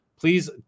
please